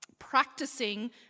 practicing